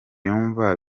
yumva